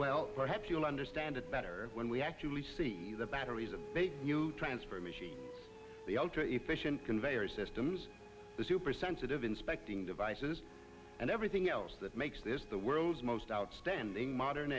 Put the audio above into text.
well perhaps you'll understand it better when we actually see the batteries of transformation the ultra efficient conveyor systems the super sensitive inspecting devices and everything else that makes this the world's most outstanding modern